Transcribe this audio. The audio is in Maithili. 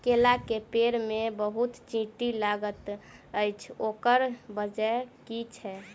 केला केँ पेड़ मे बहुत चींटी लागल अछि, ओकर बजय की छै?